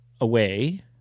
away